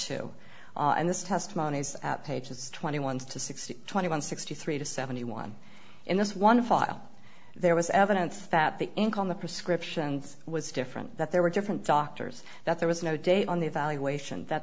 two and this testimony is at pages twenty one's to sixteen twenty one sixty three to seventy one in this one file there was evidence that the ink on the prescriptions was different that there were different doctors that there was no date on the evaluation that